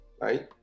right